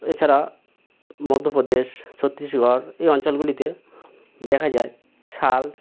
এছাড়া মধ্যপ্রদেশ ছত্তিশগড় এই অঞ্চলগুলিতে দেখা যায় শাল